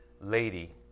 lady